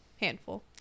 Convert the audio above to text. Handful